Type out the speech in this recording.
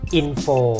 info